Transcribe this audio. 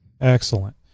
Excellent